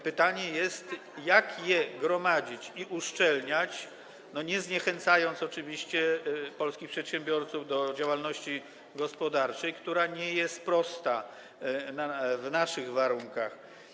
Pytanie jest o to, jak je gromadzić i uszczelniać ich pobór, nie zniechęcając oczywiście polskich przedsiębiorców do działalności gospodarczej, która nie jest prosta w naszych warunkach.